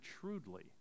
shrewdly